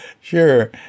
Sure